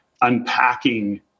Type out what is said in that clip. unpacking